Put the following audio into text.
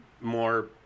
more